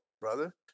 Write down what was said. brother